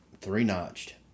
three-notched